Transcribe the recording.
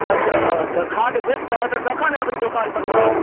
अच्छा तऽ खाद भेटतै तऽ कखन आबि दोकान परमे हम